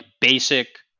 basic